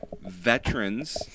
veterans